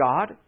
God